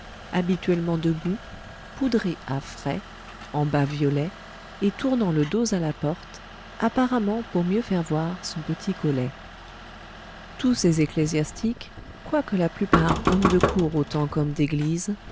habituellement debout poudré à frais en bas violets et tournant le dos à la porte apparemment pour mieux faire voir son petit collet tous ces ecclésiastiques quoique la plupart hommes de cour autant qu'hommes d'église